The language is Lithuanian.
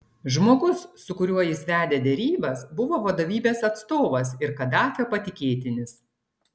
žmogus su kuriuo jis vedė derybas buvo vadovybės atstovas ir kadafio patikėtinis